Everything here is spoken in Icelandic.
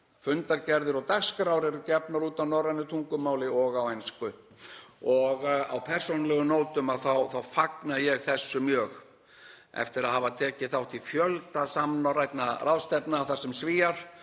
Fundargerðir og dagskrár eru gefnar út á norrænu tungumáli og á ensku. Á persónulegum nótum fagna ég þessu mjög eftir að hafa tekið þátt í fjölda samnorrænna ráðstefna þar sem Svíar,